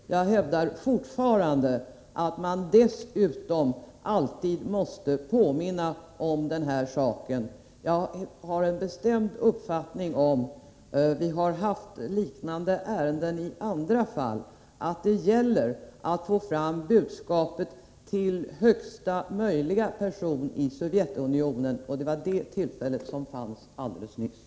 Men jag hävdar fortfarande att man dessutom alltid måste påminna om den här saken. Jag har en bestämd uppfattning om — och det har gällt även i liknande ärenden — att det gäller att få fram budskapet till högsta möjliga person i Sovjetunionen, och det var det tillfället som fanns helt nyligen.